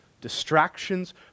distractions